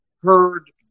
heard